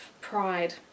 pride